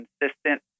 consistent